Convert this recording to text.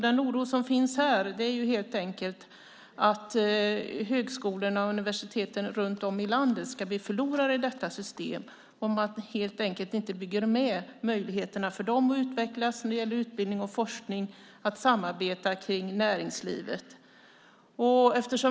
Den oro som finns här gäller helt enkelt att högskolorna och universiteten runt om i landet ska bli förlorarna i detta system och att man inte bygger på möjligheterna för dem att utvecklas när det gäller utbildning och forskning och att samarbeta med näringslivet.